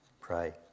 pray